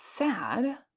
Sad